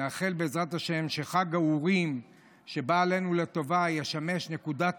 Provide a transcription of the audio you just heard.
אני מאחל שבעזרת השם חג האורים שבא עלינו לטובה ישמש נקודת